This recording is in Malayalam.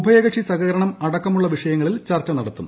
ഉഭയകക്ഷി സഹ്റക്രണം അടക്കമുള്ള വിഷയങ്ങളിൽ ചർച്ച നടത്തും